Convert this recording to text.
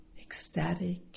ecstatic